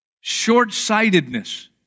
short-sightedness